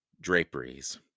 draperies